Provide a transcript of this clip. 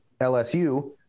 LSU